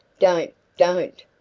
don't, don't!